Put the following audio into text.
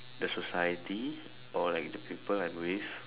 the society or like the people I'm with